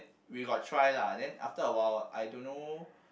we got try lah then after a while I don't know